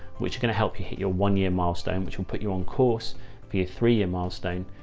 which are going to help you hit your one-year milestone which will put your on course for your three-year milestone,